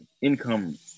income